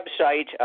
website